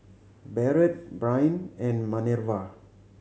Barret Bryn and Manerva